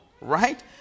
Right